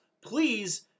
please